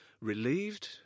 relieved